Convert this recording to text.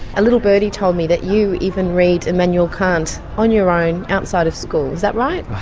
a little birdie told me that you even read immanuel kant on your own outside of school. is that right?